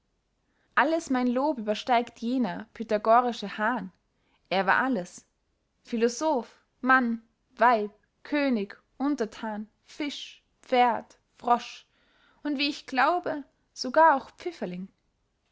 alles mein lob übersteigt jener pythagorische hahn er war alles philosoph mann weib könig unterthan fisch pferd frosch und wie ich glaube sogar auch pfifferling